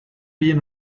been